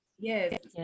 Yes